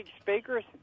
speakers